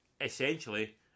essentially